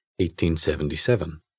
1877